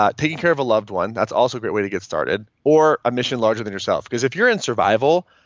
ah taking care of a loved one that's also a great way to get started. or a mission larger than yourself. because if you're in survival,